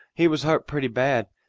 he was hurt pretty bad.